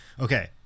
okay